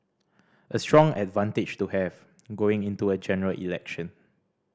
a strong advantage to have going into a General Election